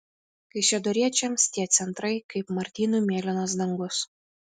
kaišiadoriečiams tie centrai kaip martynui mėlynas dangus